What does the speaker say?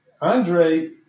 Andre